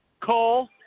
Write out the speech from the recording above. Cole